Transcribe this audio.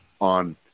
on